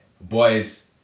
boys